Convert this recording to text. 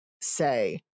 say